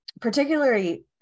particularly